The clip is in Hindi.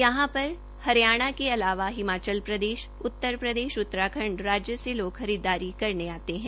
यहां पर हरियाणा के अलावा हिमाचल प्रदेश उत्तरप्रदेश उत्तराखंड राज्य से लोग खरीददारी करने आते है